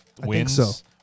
wins